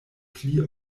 pli